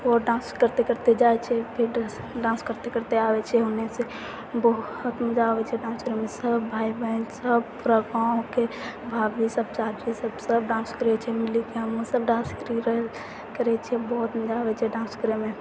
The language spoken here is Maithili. ओ डान्स करिते करिते जाइ छै फिर डान्स करिते करिते आबै छै ओहेसँ बहुत मजा आबै छै डान्स करैमे सब भाय बहिन सब पूरा गाँवके भाभी सब चाची सब सब डान्स करै छै मिलिके हमहुँ सब डान्स करै छियै बहुत मजा आबै छै डान्स करैमे